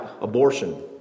abortion